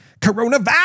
coronavirus